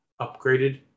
upgraded